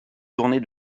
journée